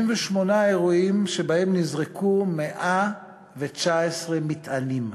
78 אירועים שבהם נזרקו 119 מטענים,